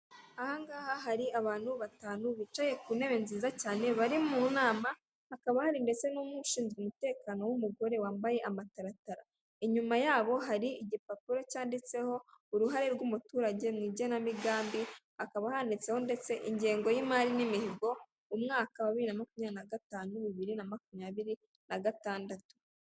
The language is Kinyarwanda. Aha ngaha hari abantu batanu, bicaye kuntebe nziza cyane bari munama hakaba hari ndetse n' umwe ushinzwe umutekano w' umugore wambaye amataratara, inyuma yabo hari igipapuro cyanditseho uruhare rw' wumuturage mwigena migambi ,hakaba handitseho ndetse ingengo y' imari n' imihigo umwaka wa bibiri na makumyabiri na gatanu bibiri na makumyabiri na gatandatu.